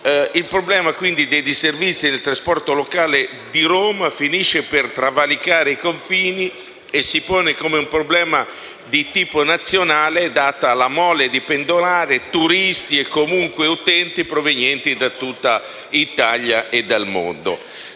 Il problema dei disservizi del trasporto locale di Roma finisce per travalicare i confini e si pone come un problema di tipo nazionale, data la mole di pendolari, turisti e utenti provenienti da tutta Italia e dal mondo.